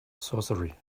sorcery